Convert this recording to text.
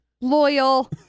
loyal